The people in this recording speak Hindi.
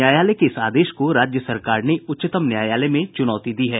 न्यायालय के इस आदेश को राज्य सरकार ने उच्चतम न्यायालय में चुनौती दी है